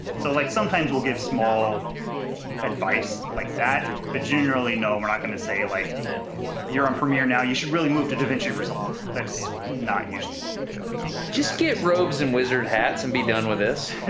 so like sometimes we'll give small advice like that but generally no, we're not gonna say like you're on premiere now, you should really move to davinci resolve. that's not usually what we do, no. just get robes and wizard hats and be done with this.